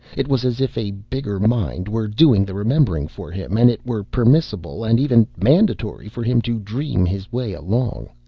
it was as if a bigger mind were doing the remembering for him and it were permissible and even mandatory for him to dream his way along.